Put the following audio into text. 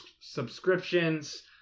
subscriptions